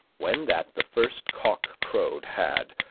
when that the first cock crowed had,